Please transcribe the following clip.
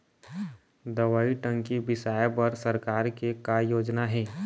दवई टंकी बिसाए बर सरकार के का योजना हे?